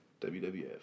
WWF